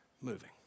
moving